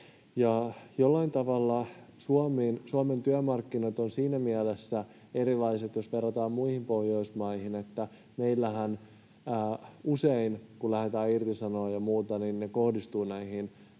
Jollain tavalla Suomen työmarkkinat ovat siinä mielessä erilaiset, jos verrataan muihin Pohjoismaihin, että meillähän usein, kun lähdetään irtisanomaan ja muuta, toimet kohdistuvat